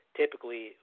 typically